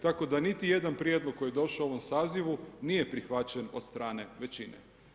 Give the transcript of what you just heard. Tako da niti jedan prijedlog koji je došao u ovom sazivu nije prihvaćen od strane većine.